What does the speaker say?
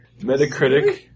Metacritic